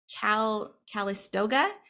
Calistoga